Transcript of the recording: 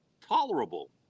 tolerable